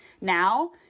now